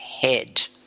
head